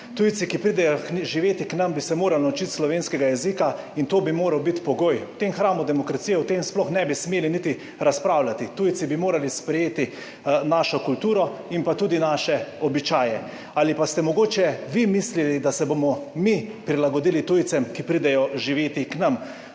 Tujci, ki pridejo živet k nam, bi se morali naučiti slovenskega jezika, in to bi moral biti pogoj. V tem hramu demokracije o tem sploh ne bi smeli niti razpravljati. Tujci bi morali sprejeti našo kulturo in tudi naše običaje. Ali pa ste mogoče vi mislili, da se bomo mi prilagodili tujcem, ki pridejo živet k nam?